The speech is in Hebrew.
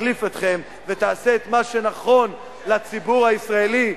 שתחליף אתכם ותעשה את מה שנכון לציבור הישראלי.